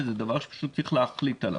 וזה דבר שפשוט צריך להחליט עליו.